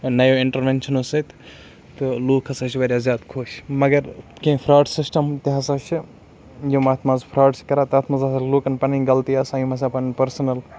نَیو اَنٹرویشنو سۭتۍ تہٕ لُکھ ہسا چھِ واریاہ زیادٕ خۄش مگر کیٚنہہ فراڈ سِسٹم تہِ ہسا چھِ یِم اَتھ منٛز فراڈ چھِ کران تَتھ منٛز ہسا چھِ لُکن پَںٕنۍ غلطی آسان یِم ہسا پَنُن پٔرسٕنَل